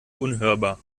unhörbar